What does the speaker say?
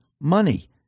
money